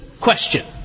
question